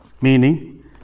meaning